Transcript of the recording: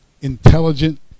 intelligent